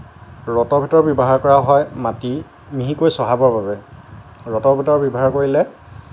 rotavator ব্যৱহাৰ কৰা হয় মাটি মিহিকৈ চহাবৰ বাবে ৰোটাভেট'ৰ ব্যৱহাৰ কৰিলে